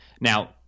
now